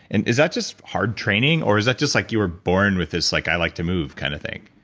and is that just hard training or is that just like you were born with this like i like to move kind of thing?